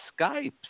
Skype